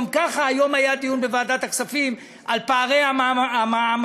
גם ככה היום היה דיון בוועדת הכספים על פערי המעמדות